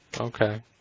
Okay